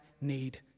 need